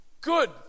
good